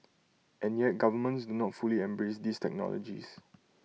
and yet governments do not fully embrace these technologies